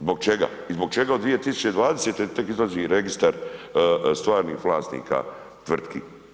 Zbog čega i zbog čega u 2020. tek izlazi registar stvarnih vlasnika tvrtki?